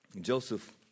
Joseph